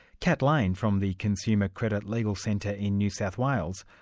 kat lane, from the consumer credit legal centre in new south wales,